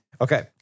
Okay